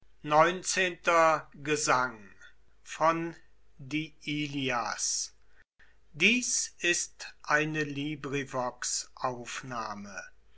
dies ist dir